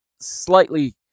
slightly